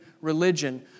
Religion